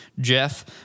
Jeff